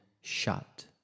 shut